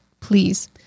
Please